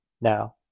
Now